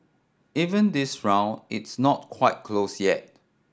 even this round it's not quite close yet